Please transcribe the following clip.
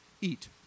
Eat